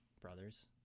brothers